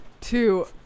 Two